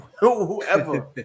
whoever